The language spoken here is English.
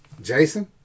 Jason